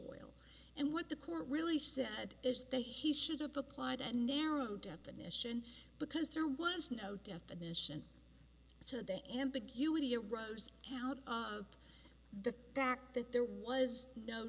usual and what the court really sad is that he should have applied a narrow definition because there was no definition so that ambiguity a rose out of the fact that there was no